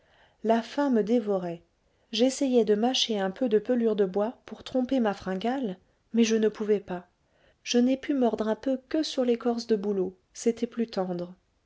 la faim me dévorait j'essayai de mâcher un peu de pelure de bois pour tromper ma fringale mais je ne pouvais pas je n'ai pu mordre un peu que sur l'écorce de bouleau c'était plus tendre